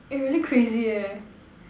eh really crazy eh